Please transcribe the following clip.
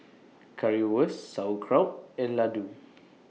Currywurst Sauerkraut and Ladoo